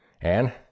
And